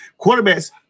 Quarterbacks